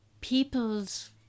people's